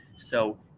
so,